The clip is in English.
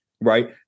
right